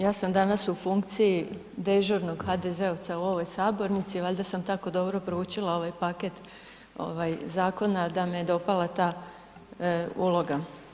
Ja sam danas u funkciji dežurnog HDZ-ovca u ovoj sabornici, valjda sam tako dobro proučila ovaj paket zakona da me je dopala ta uloga.